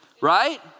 right